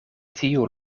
tiu